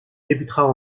débutera